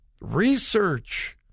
Research